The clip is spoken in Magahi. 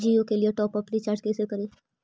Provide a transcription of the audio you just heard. जियो के लिए टॉप अप रिचार्ज़ कैसे करी?